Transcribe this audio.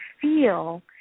feel